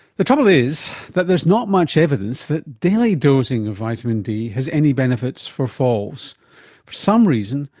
the trouble is that there is not much evidence that daily dosing of vitamin d has any benefits for falls. for some reason,